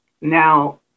now